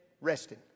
resting